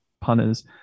punters